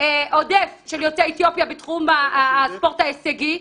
עודף של יוצאי אתיופיה בתחום הספורט ההישגי.